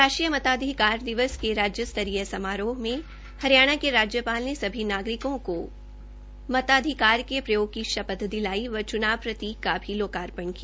राष्ट्रीय मताधिकार दिवस के राज्यस्तरीय समारोह में हरियाणा के राज्यपाल ने सभी नागरिकों को मताधिकार के प्रयोग की शपथ दिलाई व चुनाव प्रतीक लॉगो का भी लोकार्पण किया